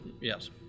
Yes